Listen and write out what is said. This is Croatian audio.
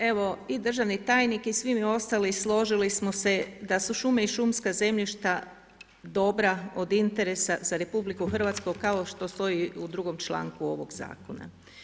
Evo i državni tajnik i svi mi ostali složili smo se da su šume i šumska zemljišta dobra od interesa za RH kao što stoji u drugom članku ovog Zakona.